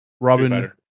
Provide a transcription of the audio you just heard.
Robin